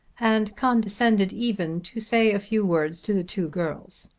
and condescended even to say a few words to the two girls.